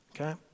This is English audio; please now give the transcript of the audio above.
Okay